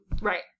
Right